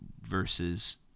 versus